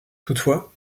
toutefois